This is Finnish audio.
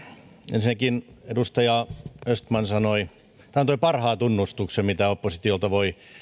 ensinnäkin edustaja östman antoi parhaan tunnustuksen mitä oppositiolta voi